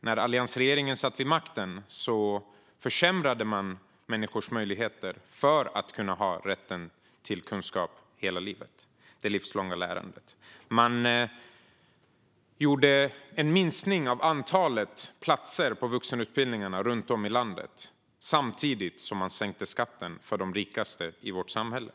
När alliansregeringen satt vid makten försämrade man människors möjligheter och rätt till kunskap hela livet - till det livslånga lärandet. Man minskade antalet platser på vuxenutbildningarna runt om i landet samtidigt som man sänkte skatten för de rikaste i vårt samhälle.